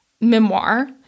memoir